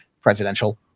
presidential